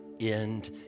end